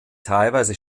teilweise